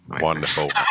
Wonderful